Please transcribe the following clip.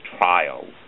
trial